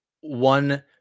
one